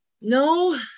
No